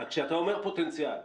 כשאתה אומר פוטנציאל,